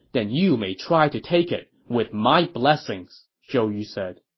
then you may try to take it with my blessings, zhou yu said